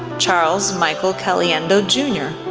charles michael caliendo jr,